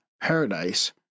paradise